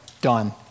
done